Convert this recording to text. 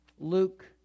Luke